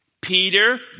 Peter